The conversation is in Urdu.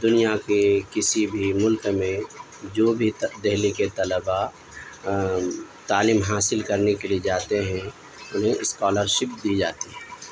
دنیا کے کسی بھی ملک میں جو بھی دہلی کے طلبہ تعلیم حاصل کرنے کے لیے جاتے ہیں انہیں اسکالرشپ دی جاتی ہے